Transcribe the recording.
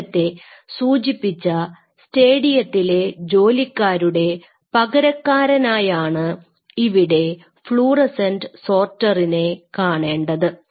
നേരത്തെ സൂചിപ്പിച്ച സ്റ്റേഡിയത്തിലെ ജോലിക്കാരുടെ പകരക്കാരനായാണ് ഇവിടെ ഫ്ലൂറോസെന്റ് സോർട്ടറിനെ കാണേണ്ടത്